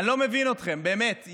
אני לא מבין אתכם, באמת.